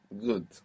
Good